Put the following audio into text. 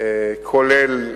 כולל,